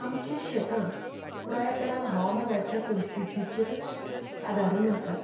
आमचीं शेतां पुरायपणान हवामानाच्या परिस्थितीचेरूच आदारून आसात